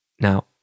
Now